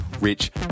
Rich